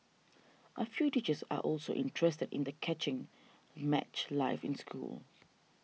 a few teachers are also interested in the catching match live in school